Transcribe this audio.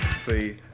see